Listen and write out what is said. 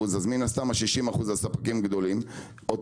כ-40% והספקים הגדולים שמהווים כ-60%,